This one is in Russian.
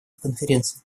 конференции